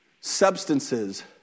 substances